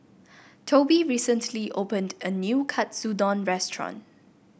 Tobi recently opened a new Katsudon restaurant